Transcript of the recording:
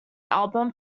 album